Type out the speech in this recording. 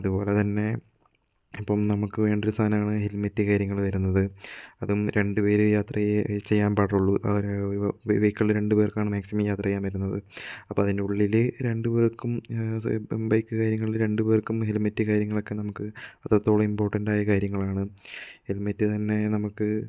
അതുപോല തന്നെ ഇപ്പം നമുക്ക് വേണ്ട ഒരു സാധനമാണ് ഹെൽമെറ്റ് കാര്യങ്ങള് വരുന്നത് അതും രണ്ടു പേര് യാത്ര ചെയ്യാൻ പാടുള്ളൂ രണ്ടു പേർക്കാണ് മാക്സിമം യാത്ര ചെയ്യാൻ പറ്റുന്നത് അപ്പം അതിൻ്റെ ഉള്ളില് രണ്ടു പേർക്കും ഇപ്പം ബൈക്ക് കാര്യങ്ങളില് രണ്ടു പേർക്കും ഹെൽമെറ്റ് കാര്യങ്ങളൊക്കെ നമുക്ക് അത്രത്തോളം ഇംപോർട്ടൻറായ കാര്യങ്ങളാണ് ഹെൽമെറ്റ് തന്നെ നമക്ക്